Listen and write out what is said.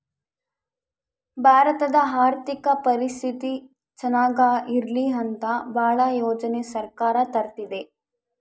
ಭಾರತದ ಆರ್ಥಿಕ ಪರಿಸ್ಥಿತಿ ಚನಾಗ ಇರ್ಲಿ ಅಂತ ಭಾಳ ಯೋಜನೆ ಸರ್ಕಾರ ತರ್ತಿದೆ